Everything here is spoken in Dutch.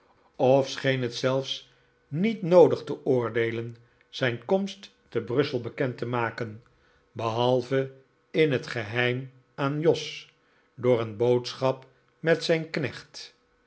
of scheen het zelfs niet eens noodig te oordeelen zijn komst te brussel bekend te maken behalve in het geheim aan jos door een boodschap met zijn knecht